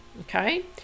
okay